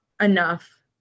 enough